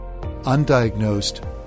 Undiagnosed